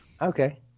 Okay